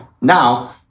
Now